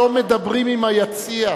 לא מדברים עם היציע.